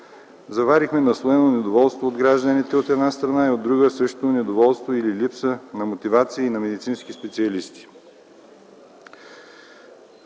заварихме наслоено недоволство на гражданите и, от друга страна, недоволство или липса на мотивация и на медицински специалисти.